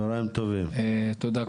תודה,